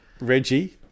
Reggie